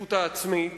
ההשתתפות העצמית